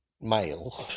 male